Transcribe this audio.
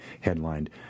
headlined